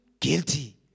guilty